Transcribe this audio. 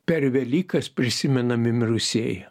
per velykas prisimenami mirusieji